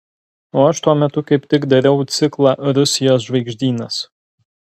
o aš tuo metu kaip tik dariau ciklą rusijos žvaigždynas